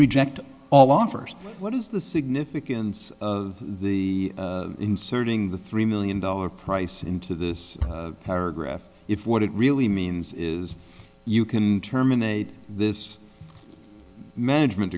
reject all offers what is the significance of the inserting the three million dollar price into this paragraph if what it really means is you can terminate this management